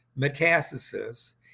metastasis